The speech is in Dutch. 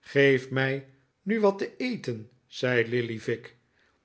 geef mij nu wat te eten zei lillyvick